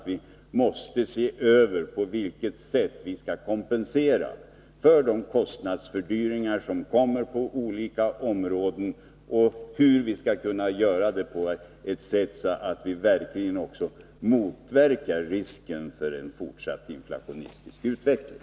Vi måste se över på vilket sätt vi skall kunna kompensera för de kostnadsfördyringar som kommer på olika områden samt Nr 116 hur vi skall kunna göra det på ett sådant sätt att vi verkligen motverkar risken för en fortsatt inflationistisk utveckling.